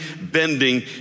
bending